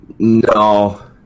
No